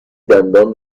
دندان